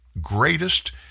greatest